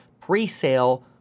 pre-sale